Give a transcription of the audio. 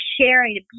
sharing